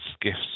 gifts